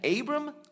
Abram